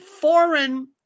foreign